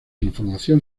información